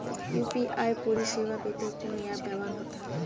UPI পরিসেবা পেতে কোন অ্যাপ ব্যবহার করতে হবে?